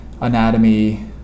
anatomy